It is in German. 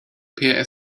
per